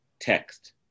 text